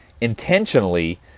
intentionally